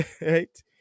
Right